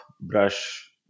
brush